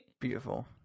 Beautiful